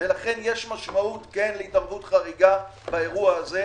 ולכן יש משמעות להתערבות חריגה באירוע הזה,